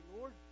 Lord